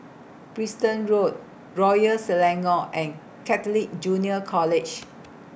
Preston Road Royal Selangor and Catholic Junior College